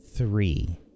Three